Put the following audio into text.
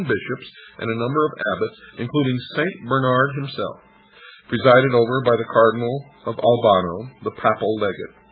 bishops and a number of abbots including st. bernard himself presided over by the cardinal of albano, the papal legate.